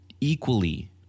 equally